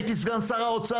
הייתי סגן האוצר,